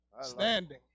Standing